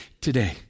today